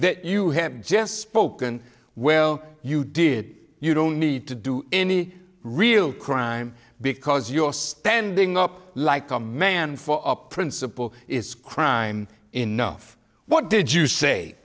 that you have just spoken well you did you don't need to do any real crime because your standing up like a man for a principle is crime enough what did you say